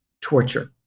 torture